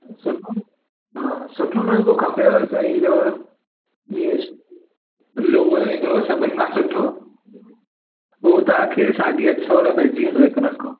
सुठो हा सुठो नलको खपेव त ईंदव ईअं लोवल ईंदव सभिनि खां सुठो उहो तव्हांखे साढी अठ सौ रुपए पइजी वेंदव हिकु नलको